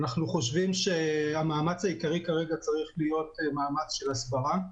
אנחנו חושבים שהמאמץ העיקרי כרגע צריך להיות מאמץ של הסברה לציבור,